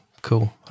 Cool